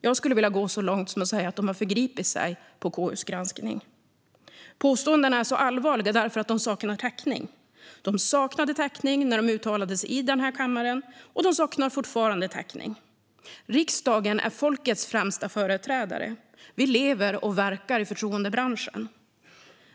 Jag skulle vilja gå så långt som att säga att de har förgripit sig på KU:s granskning. Påståendena är allvarliga därför att de saknar täckning. De saknade täckning när de uttalades i denna kammare, och de saknar fortfarande täckning. Riksdagen är folkets främsta företrädare. Vi lever och verkar i förtroendebranschen.